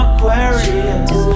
Aquarius